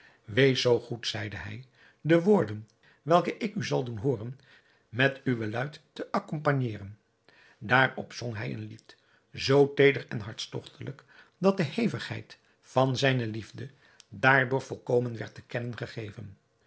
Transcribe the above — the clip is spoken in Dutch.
wees zoo goed zeide hij de woorden welke ik u zal doen hooren met uwe luit te accompagneren daarop zong hij een lied zoo teeder en hartstogtelijk dat de hevigheid van zijne liefde daardoor volkomen werd te kennen gegeven